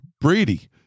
Brady